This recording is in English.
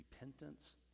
Repentance